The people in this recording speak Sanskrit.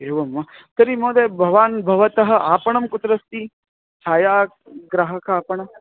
एवं वा तर्हि महोदय भवान् भवतः आपणं कुत्र अस्ति छायाग्राहकः आपणं